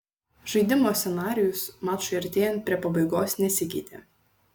žaidimo scenarijus mačui artėjant prie pabaigos nesikeitė